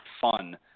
fun